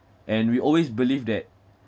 and we always believe that